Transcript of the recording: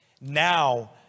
Now